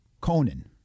Conan